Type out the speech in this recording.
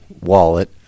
wallet